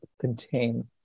contain